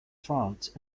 france